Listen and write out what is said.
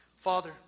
Father